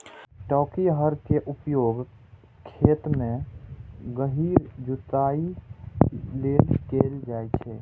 टांकी हर के उपयोग खेत मे गहींर जुताइ लेल कैल जाइ छै